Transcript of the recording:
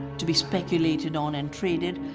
to be speculated on and traded,